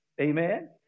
Amen